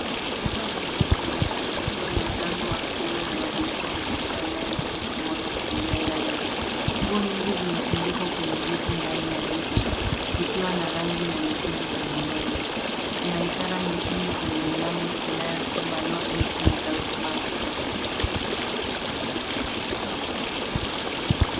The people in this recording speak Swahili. Duka la nguo linaonekana likiwa na mlango wa kioo na madirisha makubwa yanayoruhusu mwanga kuingia ndani. Nguo nyingi zimetundikwa kwenye reki ndani ya duka, zikiwa na rangi na mitindo mbali mbali. Kuna ishara mwekundu kwenye mlango inayosema No Entry Without Mask .